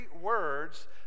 words